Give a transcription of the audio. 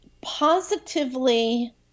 positively